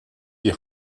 die